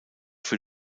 für